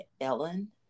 Ellen